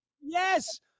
Yes